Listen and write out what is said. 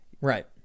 right